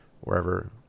wherever